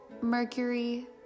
Mercury